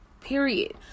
period